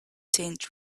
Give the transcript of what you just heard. tent